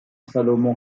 salomon